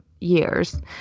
years